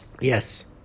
Yes